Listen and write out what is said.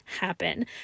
happen